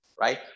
right